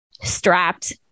strapped